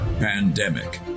pandemic